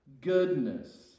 goodness